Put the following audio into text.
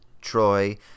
Troy